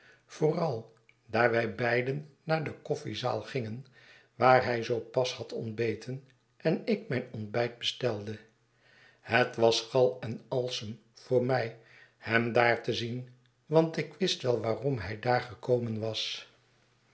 vooral daar wij beiden naar de koffiezaal gingen waar hij zoo pas had ontbeten en ik mijn ontbijt bestelde het was gal en alsem voor mij hem daar te zien want ik wist wel waarom hij daar gekomen was